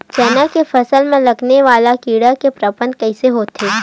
चना के फसल में लगने वाला कीट के प्रबंधन कइसे होथे?